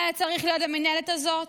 מה היה צריך להיות במינהלת הזאת?